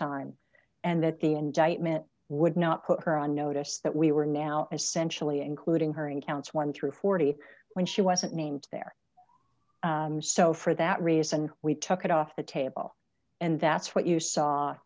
time and that the indictment would not put her on notice that we were now essentially including her in counts one through forty when she wasn't named there so for that reason we took it off the table and that's what you saw